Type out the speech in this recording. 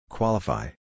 Qualify